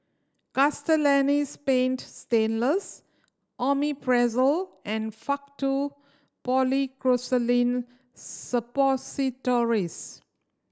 Castellani's Paint Stainless Omeprazole and Faktu Policresulen Suppositories